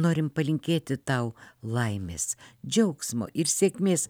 norim palinkėti tau laimės džiaugsmo ir sėkmės